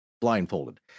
blindfolded